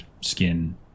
skin